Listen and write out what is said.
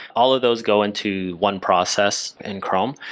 all of those go into one process in chrome.